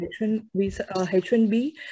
H1B